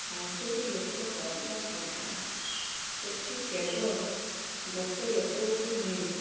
ପାଞ୍ଚଟି ଲୋକ କରିବା କଥା ସେଇଠି କେବଳ ଗୋଟେ ଲୋକକୁ ନେଇ